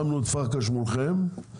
שמנו את פרקש מולכם,